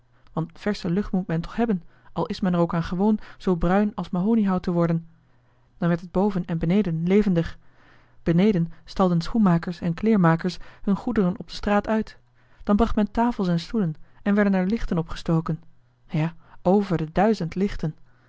want versche lucht moet men toch hebben al is men er ook aan gewoon zoo bruin als mahoniehout te worden dan werd het boven en beneden levendig beneden stalden schoenmakers en kleermakers hun goederen op de straat uit dan bracht men tafels en stoelen en werden er lichten opgestoken ja over de duizend lichten